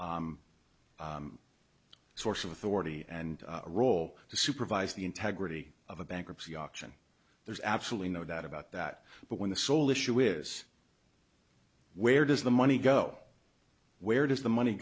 source of authority and a role to supervise the integrity of a bankruptcy auction there's absolutely no doubt about that but when the sole issue is where does the money go where does the money